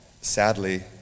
Sadly